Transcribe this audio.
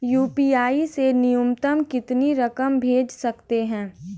UPI से न्यूनतम कितनी रकम भेज सकते हैं?